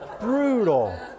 brutal